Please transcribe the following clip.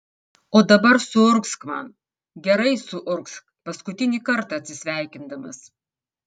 o dabar suurgzk man gerai suurgzk paskutinį kartą atsisveikindamas